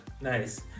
nice